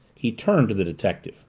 he turned to the detective